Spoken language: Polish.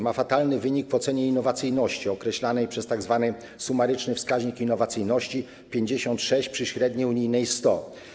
Ma fatalny wynik w ocenie innowacyjności określanej przez tzw. sumaryczny wskaźnik innowacyjności 56 przy średniej unijnej 100.